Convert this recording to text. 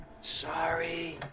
Sorry